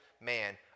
man